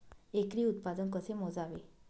एकरी उत्पादन कसे मोजावे?